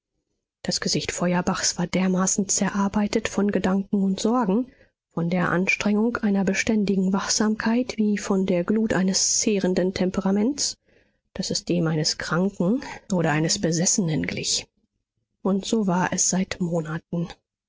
das gesicht feuerbachs war dermaßen zerarbeitet von gedanken und sorgen von der anstrengung einer beständigen wachsamkeit wie von der glut eines zehrenden temperaments daß es dem eines kranken oder eines besessenen glich und so war es seit monaten